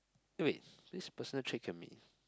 eh wait this personal trait can be